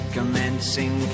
Commencing